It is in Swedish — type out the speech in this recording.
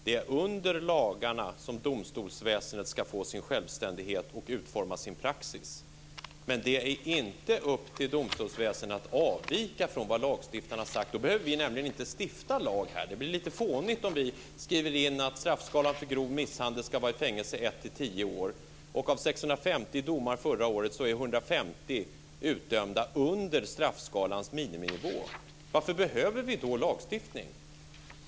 Det är under lagarna som domstolsväsendet ska få sin självständighet och utforma sin praxis, men det är inte upp till domstolsväsendet att avvika från vad lagstiftaren har sagt. Då behöver vi nämligen inte stifta lag här. Det blir lite fånigt om vi skriver in att straffskalan för grov misshandel ska vara fängelse 1-10 år och att 150 av 650 domar förra året är utdömda under straffskalans miniminivå. Varför behöver vi då lagstiftning?